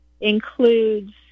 includes